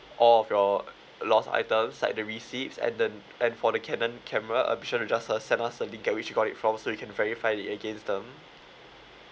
all of your lost items cite the receipts and the and for the canon camera uh be sure to just uh send us the de~ which you got it from so we can verify it against them